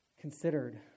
considered